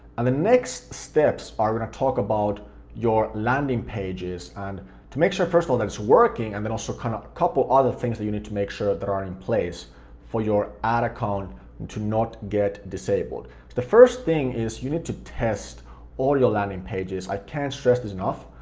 and the next steps are gonna talk about your landing pages, and to make sure first of all that it's working and then also kinda a couple other things that you need to make sure that are in place for your ad account and to not get disabled. so the first thing is you need to test all your landing pages, i can't stress this enough,